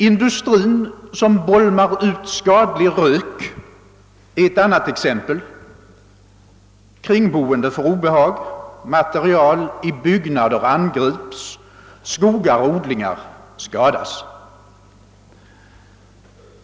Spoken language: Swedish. Industrin, som bolmar ut skadlig rök, är ett annat exempel: kringboende får obehag, material i byggnader angrips, skogar och odlingar skadas.